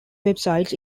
websites